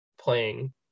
playing